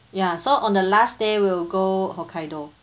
ya so on the last day we'll go hokkaido